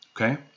okay